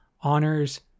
honor's